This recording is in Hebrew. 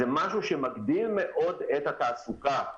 זה משהו שמגביר מאוד את התעסוקה.